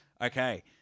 Okay